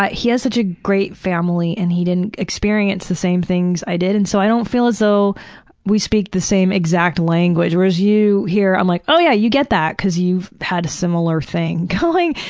he has such a great family and he didn't experience the same things i did. and so i don't feel as though we speak the same exact language, whereas you, here, i'm like, oh yeah, you get that, cause you had a similar thing going.